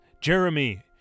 Jeremy